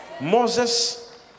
Moses